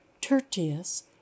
Tertius